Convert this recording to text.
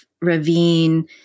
ravine